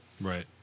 Right